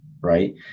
right